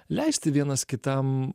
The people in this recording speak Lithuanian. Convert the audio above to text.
leisti vienas kitam